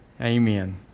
amen